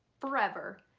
forever,